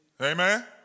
Amen